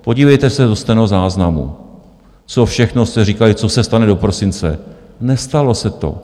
Podívejte se do stenozáznamu, co všechno jste říkali, co se stane do prosince nestalo se to.